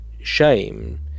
shame